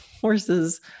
horses